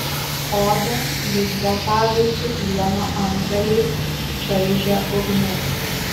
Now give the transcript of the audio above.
odą lyg botagai su plieno antgaliais čaižė ugnis